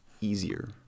easier